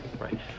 Right